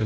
(V):